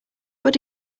what